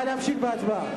נא להמשיך בהצבעה.